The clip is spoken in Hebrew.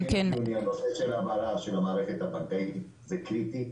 הנושא של המערכת הבנקאית הוא קריטי,